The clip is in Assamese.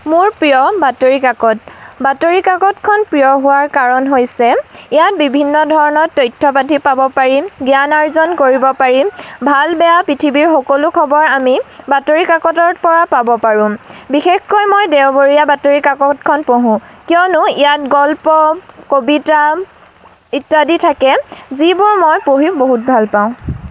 মোৰ প্ৰিয় বাতৰি কাকত বাতৰি কাকতখন প্ৰিয় হোৱাৰ কাৰণ হৈছে ইয়াত বিভিন্ন ধৰণৰ তথ্য পাতি পাব পাৰিম জ্ঞান অৰ্জন কৰিব পাৰিম ভাল বেয়া পৃথিৱীৰ সকলো খবৰ আমি বাতৰি কাকতৰ পৰা আমি পাব পাৰোঁ বিশেষকৈ মই দেওবৰীয়া বাতৰি কাকতখন পঢ়োঁ কিয়নো ইয়াত গল্প কবিতা ইত্যাদি থাকে যিবোৰ মই পঢ়ি বহুত ভাল পাওঁ